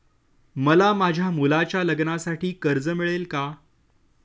मला माझ्या मुलाच्या लग्नासाठी कर्ज मिळेल का?